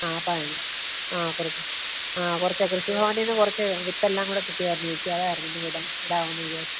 ആ ആ കുറച്ച് ആ കുറച്ചെ കൃഷി ഭവനിൽ നിന്ന് കുറച്ച് വിത്തെല്ലാം കൂടെ കിട്ടിയിരുന്നു ഏച്ചി അതായിരുന്നു ഇവിടെ ഇടാമെന്നു വിചാരിച്ച്